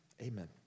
Amen